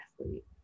athlete